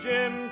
Jim